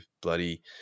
bloody